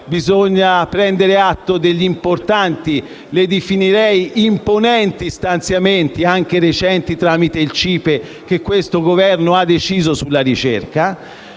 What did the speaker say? bisogna prendere atto degli importanti e imponenti - li definirei così - stanziamenti anche recenti, tramite il CIPE, che questo Governo ha deciso sulla ricerca.